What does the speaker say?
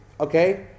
okay